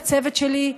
לצוות שלי,